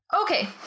Okay